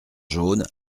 jaunes